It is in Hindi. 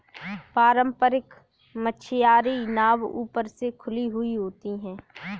पारम्परिक मछियारी नाव ऊपर से खुली हुई होती हैं